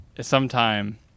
sometime